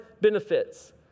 benefits